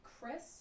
Chris